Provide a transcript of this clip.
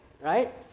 right